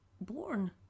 born